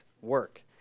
work